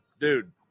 dude